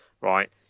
right